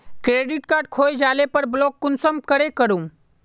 Credit card खोये जाले पर ब्लॉक कुंसम करे करूम?